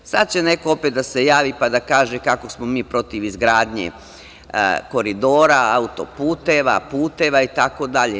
Sad će neko opet da se javi, pa da kaže kako smo protiv izgradnje Koridora, autoputeva, puteva itd.